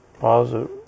positive